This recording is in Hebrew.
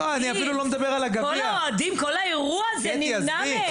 כל האירוע הזה נמנע מהם.